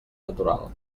natural